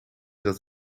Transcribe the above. dat